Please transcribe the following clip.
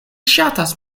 ŝatas